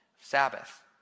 Sabbath